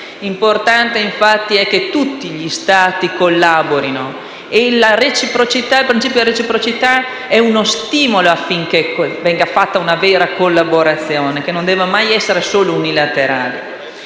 importante che tutti gli Stati collaborino e il principio di reciprocità sia uno stimolo affinché venga attuata una collaborazione vera, che non deve mai essere solo unilaterale.